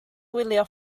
gwylio